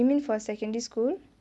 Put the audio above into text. you mean for secondary school